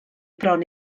bron